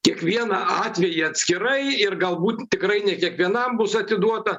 kiekvieną atvejį atskirai ir galbūt tikrai ne kiekvienam bus atiduota